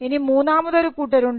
ഇനി മൂന്നാമതൊരു കൂട്ടരുണ്ട്